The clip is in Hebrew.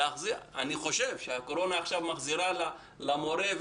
אני חושב שעכשיו הקורונה מחזירה למורה,